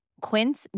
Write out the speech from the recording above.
Quince